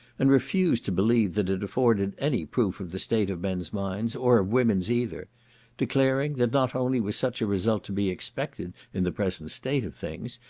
and refused to believe that it afforded any proof of the state of men's minds, or of women's either declaring, that not only was such a result to be expected, in the present state of things,